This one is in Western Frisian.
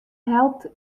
helpt